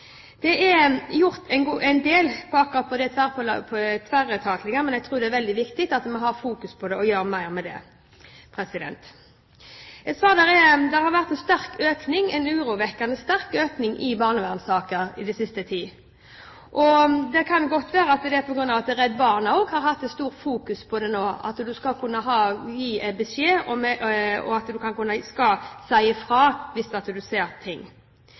Det er gjort en del akkurat på det tverretatlige feltet, men jeg tror det er veldig viktig at vi fokuserer på det og gjør mer med det. Jeg sa at det har vært en urovekkende sterk økning i antall barnevernssaker i den siste tiden. Det kan godt være at det er på grunn av at Redd Barna har hatt et stort fokus på at man skal kunne gi beskjed, og at man skal kunne si ifra hvis man ser ting.